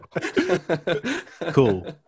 Cool